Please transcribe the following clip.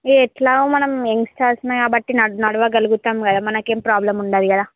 ఎలాగా మనం యంగ్స్టర్స్మే కాబట్టి నడ్ నడవగలుగుతాం కదా మనకేం ప్రాబ్లమ్ ఉండదు కదా